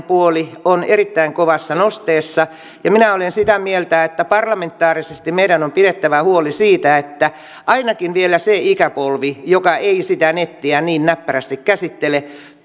puoli on erittäin kovassa nosteessa minä olen sitä mieltä että parlamentaarisesti meidän on pidettävä huoli siitä että ainakin vielä se ikäpolvi joka ei sitä nettiä niin näppärästi käsittele